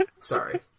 Sorry